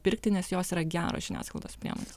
pirkti nes jos yra geros žiniasklaidos priemonės